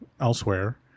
elsewhere